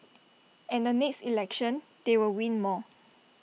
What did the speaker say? and the next election they will win more